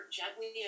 gently